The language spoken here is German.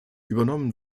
übernommen